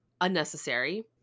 unnecessary